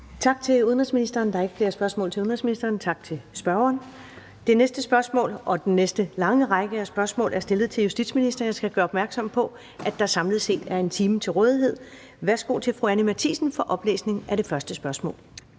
Tak til udenrigsministeren. Der er ikke flere spørgsmål til udenrigsministeren. Tak til spørgeren. Det næste spørgsmål (spm. nr. S 1342) og den næste lange række af spørgsmål er stillet til justitsministeren. Jeg skal gøre opmærksom på, at der samlet set er 1 time til rådighed. Kl. 13:20 Spm. nr. S 1340 (omtrykt) 4) Til ministeren